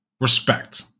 respect